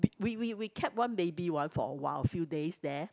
we we we catch one baby one for a while few days there